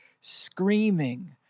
screaming